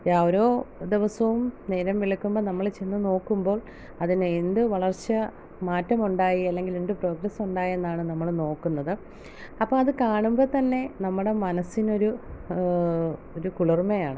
ഓരോ ദിവസവും നേരം വെളുക്കുമ്പം നമ്മൾ ചെന്നു നോക്കുമ്പോൾ അതിന് എന്ത് വളർച്ച മാറ്റമുണ്ടായി അല്ലെങ്കിൽ എന്ത് പ്രോഗ്രസ്സ് ഉണ്ടായെന്നാണ് നമ്മൾ നോക്കുന്നത് അപ്പോൾ അത് കാണുമ്പം തന്നെ നമ്മുടെ മനസ്സിനൊരു ഒരു കുളിർമയാണ്